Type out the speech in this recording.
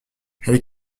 elle